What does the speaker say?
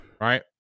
right